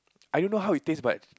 I don't know how it tastes but